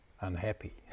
unhappy